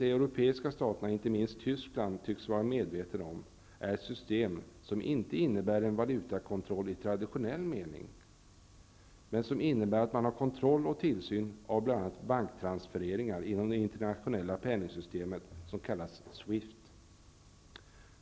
De europeiska staterna och inte minst Tyskland tycks vara medvetna om att det i framtiden måste skapas system som inte innebär valutakontroll i traditionell mening, men som innebär att man har kontroll och tillsyn av bl.a. banktransfereringar inom det internationella penningsystemet, som kallas SWIFT.